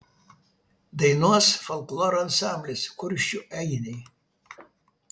dainuos folkloro ansamblis kuršių ainiai